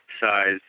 size